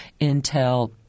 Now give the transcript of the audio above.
intel